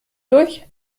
durch